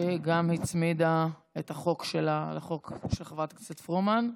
שגם היא הצמידה את החוק שלה לחוק של חברת הכנסת פרומן,